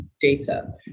data